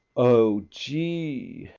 o gee!